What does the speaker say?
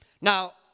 Now